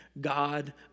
God